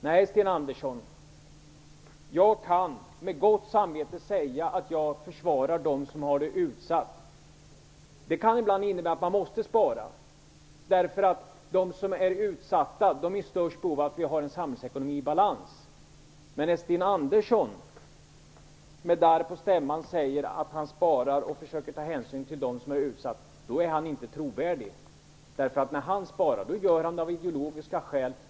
Nej, Sten Andersson, jag kan med gott samvete säga att jag försvarar de som är utsatta. Det kan ibland innebära att man måste spara, därför att de som är utsatta har det största behovet av att vi har en samhällsekonomi i balans. Men när Sten Andersson med darr på stämman säger att han sparar och försöker att ta hänsyn till dem som är utsatta, då är han inte trovärdig. När han sparar så gör han det av ideologiska skäl.